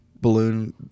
balloon